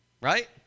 right